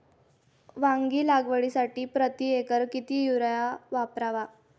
वांगी लागवडीसाठी प्रति एकर किती युरिया वापरावा?